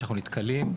שנתקלים.